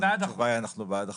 התשובה היא שאנחנו בעד החוק.